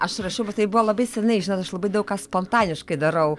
aš rašiau bet tai buvo labai senai žinot aš labai daug ką spontaniškai darau